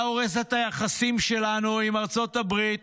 אתה הורס את היחסים שלנו עם ארצות הברית,